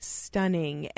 stunning